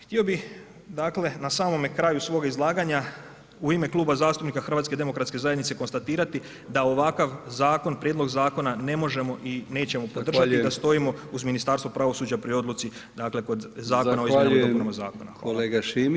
Htio bi dakle na samome kraju svog izlaganja u ime Kluba zastupnika HDZ-a konstatirati da ovakav zakon, prijedlog zakona ne možemo i nećemo podržati, da stojimo uz Ministarstvo pravosuđa pri odluci dakle kod izmjena i